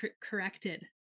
corrected